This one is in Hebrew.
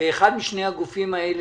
הן לא רלוונטיות היום.